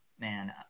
man